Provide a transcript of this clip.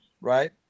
right